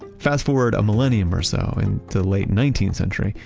fast forward a millennium or so, in the late nineteenth century,